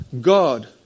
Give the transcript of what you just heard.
God